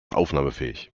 aufnahmefähig